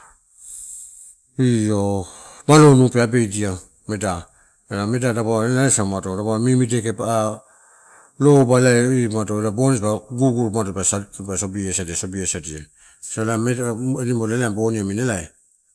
io malonu pe abedia meda, ah meda dapaua na elai asa umino mimideke ah loo, bale imato gugu-umana dipa sagiasadia- sagiasadia edara nimal bonia nami elai.